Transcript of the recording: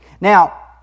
Now